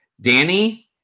Danny